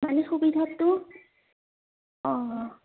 মানে সুবিধাটো অঁ